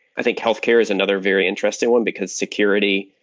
i think healthcare is another very interesting one, because security,